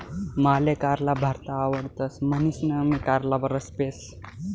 माले कारला भरता आवडतस म्हणीसन मी कारलाना रस पेस